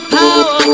power